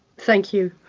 thank you.